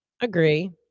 agree